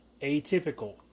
Atypical